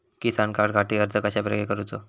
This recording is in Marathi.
किसान कार्डखाती अर्ज कश्याप्रकारे करूचो?